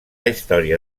història